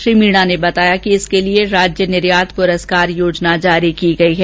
श्री मीणा ने बताया कि इसके लिए राज्य निर्यात पुरस्कार योजना जारी की गई है